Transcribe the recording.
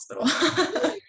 hospital